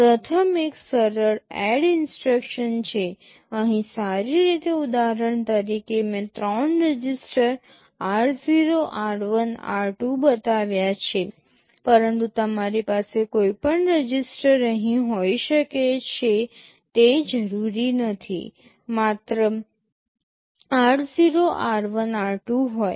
પ્રથમ એક સરળ એડ ઇન્સટ્રક્શન છે અહીં ઉદાહરણ તરીકે મેં ત્રણ રજિસ્ટર r0 r1 r2 બતાવ્યા છે પરંતુ તમારી પાસે કોઈપણ રજિસ્ટર અહીં હોઈ શકે છે તે જરૂરી નથી માત્ર r0 r1 r2 હોય